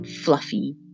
fluffy